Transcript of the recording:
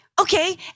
okay